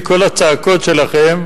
מכל הצעקות שלכם,